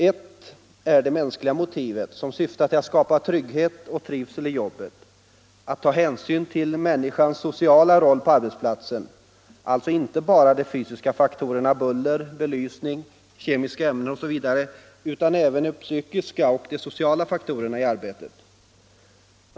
Ett är det mänskliga motivet: att skapa trygghet och trivsel i jobbet, att ta hänsyn till människans sociala roll på arbetsplatsen, alltså inte bara till de fysiska faktorerna — buller, belysning, kemiska ämnen osv. utan även till de psykiska och de sociala faktorerna i arbetet.